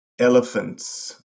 Elephants